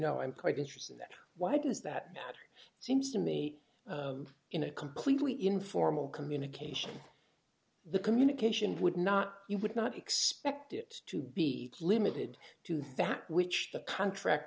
know i'm quite interested that why does that matter seems to me in a completely informal communication the communication would not you would not expect it to be limited to that which the contract